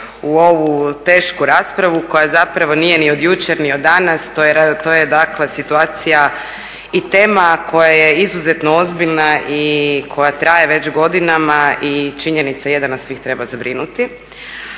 u ovu tešku raspravu koja zapravo nije ni od jučer ni od danas, to je dakle situacija i tema koja je izuzetno ozbiljna i koja traje već godinama i činjenica je da nas svih treba zabrinuti.